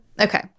Okay